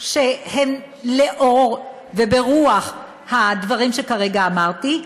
והן לאור וברוח הדברים שכרגע אמרתי,